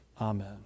amen